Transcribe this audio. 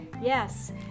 Yes